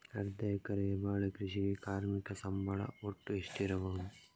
ಅರ್ಧ ಎಕರೆಯ ಬಾಳೆ ಕೃಷಿಗೆ ಕಾರ್ಮಿಕ ಸಂಬಳ ಒಟ್ಟು ಎಷ್ಟಿರಬಹುದು?